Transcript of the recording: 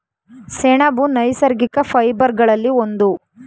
ಸೆಣಬು ನೈಸರ್ಗಿಕ ಫೈಬರ್ ಗಳಲ್ಲಿ ಒಂದು